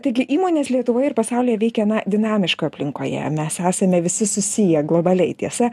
taigi įmonės lietuvoje ir pasaulyje veikia na dinamiška aplinkoje mes esame visi susiję globaliai tiesa